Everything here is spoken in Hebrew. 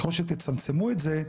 ככל שתצמצמו את זה,